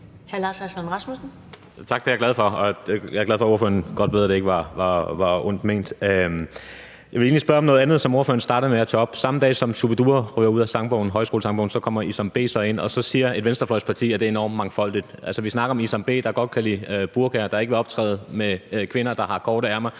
egentlig spørge om noget andet, som ordføreren startede med at tage op. Samme dag som Shu-bi-dua ryger ud af Højskolesangbogen, kommer Isam B så ind, og så siger et venstrefløjsparti, at det er udtryk for en enorm mangfoldighed. Altså, vi snakker om Isam B, der godt kan lide burkaer, og som ikke vil optræde med kvinder, der har tøj på med